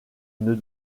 une